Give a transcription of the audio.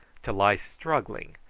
to lie struggling,